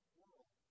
world